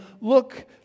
look